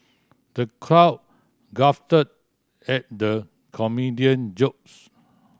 the crowd guffawed at the comedian jokes